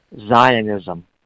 Zionism